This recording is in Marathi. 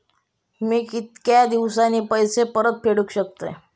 मी कीतक्या दिवसांनी पैसे परत फेडुक शकतय?